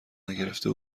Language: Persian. نگرفته